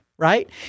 Right